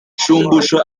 shumbusho